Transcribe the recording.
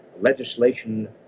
legislation